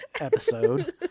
episode